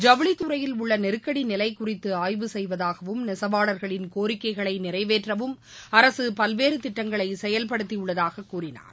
ஜவுளித்துறையில் உள்ள நெருக்கடிநிலை குறித்து ஆய்வு செய்வதாகவும் நெசவாளர்களின் கோரிக்கைகளை நிறைவேற்றவும் அரசு பல்வேறு திட்டங்களை செயல்படுத்தியுள்ளதாக கூறினார்